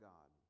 God